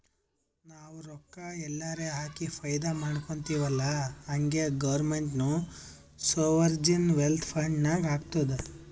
ನಾವು ರೊಕ್ಕಾ ಎಲ್ಲಾರೆ ಹಾಕಿ ಫೈದಾ ಮಾಡ್ಕೊತಿವ್ ಅಲ್ಲಾ ಹಂಗೆ ಗೌರ್ಮೆಂಟ್ನು ಸೋವರ್ಜಿನ್ ವೆಲ್ತ್ ಫಂಡ್ ನಾಗ್ ಹಾಕ್ತುದ್